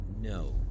No